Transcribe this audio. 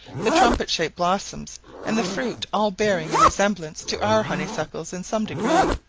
the trumpet-shaped blossom and the fruit all bearing a resemblance to our honeysuckles in some degree.